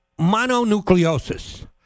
mononucleosis